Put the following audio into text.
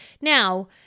Now